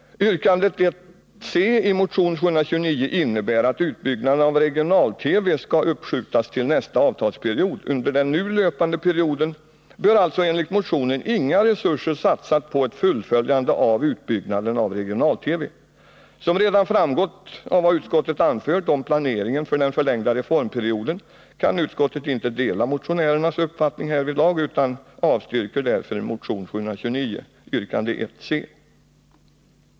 Yrkande 1 c i motion 729 innebär att utbyggnaden av regional-TV skall uppskjutas till nästa avtalsperiod. Under den nu löpande perioden bör alltså enligt motionen inga resurser satsas på ett fullföljande av utbyggnaden av regional-TV. Som redan framgått av vad utskottet anfört om planeringen för den förlängda reformperioden kan utskottet inte dela motionärernas uppfattning härvidlag och avstyrker därför motion 729 yrkande 1 c.